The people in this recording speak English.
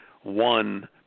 one